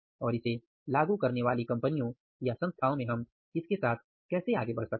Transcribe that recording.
और इसे लागू करने वाली कंपनियों या संस्थाओं में हम इसके साथ कैसे आगे बढ़ सकते हैं